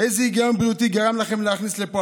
איזה היגיון בריאותי גרם לכם להכניס לפה